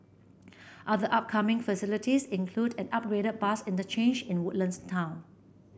other upcoming facilities include an upgraded bus interchange in Woodlands town